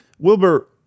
Wilbur